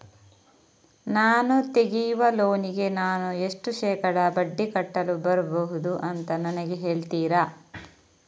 ನಾನು ತೆಗಿಯುವ ಲೋನಿಗೆ ನಾನು ಎಷ್ಟು ಶೇಕಡಾ ಬಡ್ಡಿ ಕಟ್ಟಲು ಬರ್ಬಹುದು ಅಂತ ನನಗೆ ಹೇಳ್ತೀರಾ?